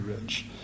rich